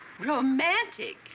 Romantic